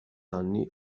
anni